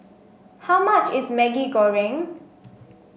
how much is Maggi Goreng